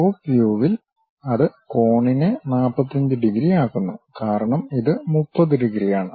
top വ്യൂവിൽ അത് ആ കോണിനെ 45 ഡിഗ്രി ആക്കുന്നു കാരണം ഇത് 30 ഡിഗ്രിയാണ്